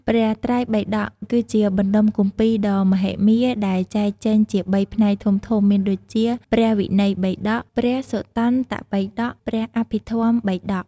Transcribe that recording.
ព្រះត្រៃបិដក គឺជាបណ្តុំគម្ពីរដ៏មហិមាដែលចែកចេញជាបីផ្នែកធំៗមានដូចជា ព្រះវិន័យបិដក ព្រះសុត្តន្តបិដក ព្រះអភិធម្មបិដក។